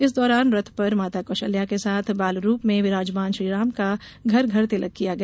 इस दौरान रथ पर माता कौशल्या के साथ बाल रूप में विराजमान श्रीराम का घर घर तिलक किया गया